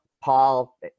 Paul